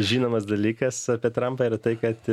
žinomas dalykas apie trampą ir tai kad